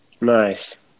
Nice